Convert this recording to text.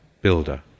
builder